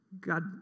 God